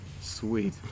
Sweet